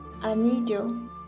Anillo